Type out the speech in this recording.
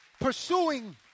pursuing